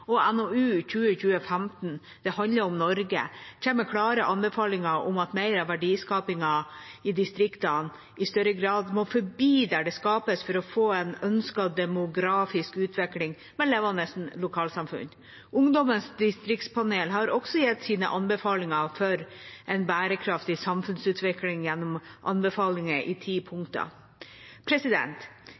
og NOU 2020:15 «Det handler om Norge» kommer med klare anbefalinger om at mer av verdiskapingen i distriktene må forbli der den skapes, for å få en ønsket demografisk utvikling med levende lokalsamfunn. Ungdommens distriktspanel har også gitt sine anbefalinger for en bærekraftig samfunnsutvikling gjennom anbefalinger i ti